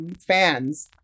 fans